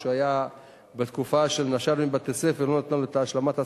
וכשהיה בתקופה שנשר מבתי-ספר לא נתנו לו את השלמת ההכנסה,